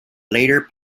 later